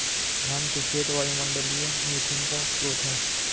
धान के खेत वायुमंडलीय मीथेन का स्रोत हैं